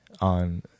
on